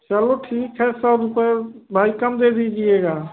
चलो ठीक है सौ रुपये भाई कम दे दीजिएगा